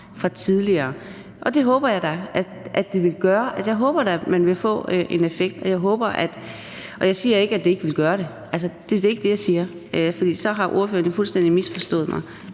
til tidligere. Og jeg håber da, at man vil få en effekt. Og jeg siger ikke, at det ikke vil give en effekt – det er ikke det, jeg siger, for så har ordføreren jo fuldstændig misforstået mig.